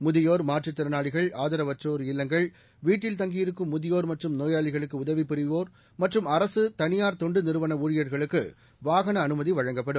முதியோர் மாற்றுத்திறனாளிகள் ஆதரவற்றோர் இல்லங்கள் வீட்டில் தங்கியிருக்கும் முதியோர் மற்றும் நோயாளிகளுக்கு உதவி புரிவோர் மற்றும் அரசு தனியார் தொண்டு நிறுவன ஊழியர்களுக்கு வாகன அனுமதி வழங்கப்படும்